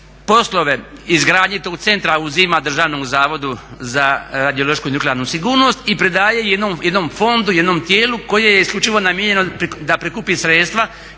poslove izgradnje tog centra uzima Državnom zavodu za radiološku i nuklearnu sigurnost i pridaje jednom fondu, jednom tijelu koje je isključivo namijenjeno da prikupi sredstva